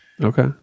Okay